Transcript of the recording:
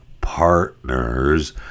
partners